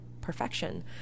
perfection